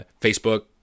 Facebook